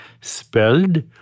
spelled